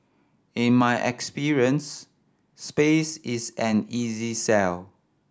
in my experience space is an easy sell